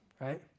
right